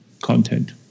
content